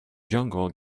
jungle